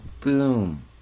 boom